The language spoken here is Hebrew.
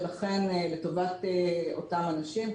ולכן לטובת אותם אנשים,